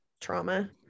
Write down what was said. trauma